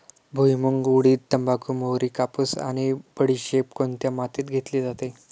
भुईमूग, उडीद, तंबाखू, मोहरी, कापूस आणि बडीशेप कोणत्या मातीत घेतली जाते?